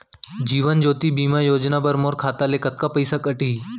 जीवन ज्योति बीमा योजना बर मोर खाता ले कतका पइसा कटही?